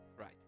right